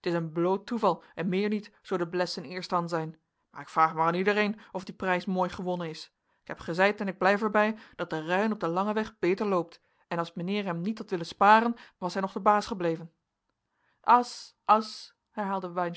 t is een bloot toeval en meer niet zoo de blessen eerst an zijn maar ik vraag maar an iedereen of die prijs mooi gewonnen is ik heb gezeid en ik blijf er bij dat de ruin op den langen weg beter loopt en as meneer hem niet had willen sparen was hij nog de baas gebleven as as